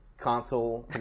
Console